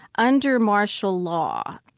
under martial law.